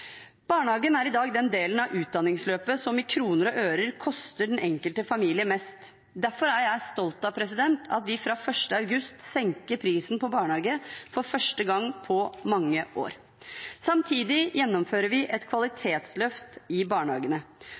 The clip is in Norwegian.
Barnehagen er i dag den delen av utdanningsløpet som i kroner og øre koster den enkelte familie mest. Derfor er jeg stolt av at vi fra 1. august senker prisen på barnehage for første gang på mange år. Samtidig gjennomfører vi et kvalitetsløft i barnehagene.